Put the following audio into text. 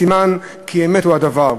סימן כי אמת הוא הדבר,